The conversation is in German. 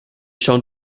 schauen